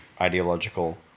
ideological